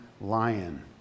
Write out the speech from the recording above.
lion